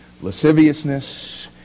lasciviousness